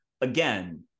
again